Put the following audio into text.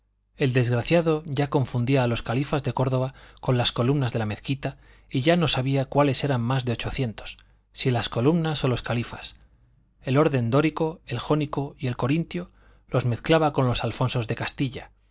el desgraciado ya confundía a los califas de córdoba con las columnas de la mezquita y ya no sabía cuáles eran más de ochocientos si las columnas o los califas el orden dórico el jónico y el corintio los mezclaba con los alfonsos de castilla